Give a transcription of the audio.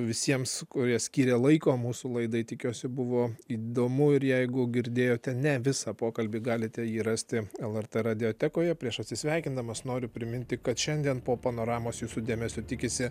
visiems kurie skiria laiko mūsų laidai tikiuosi buvo įdomu ir jeigu girdėjote ne visą pokalbį galite jį rasti lrt radiotekoje prieš atsisveikindamas noriu priminti kad šiandien po panoramos jūsų dėmesio tikisi